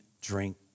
drink